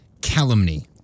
Calumny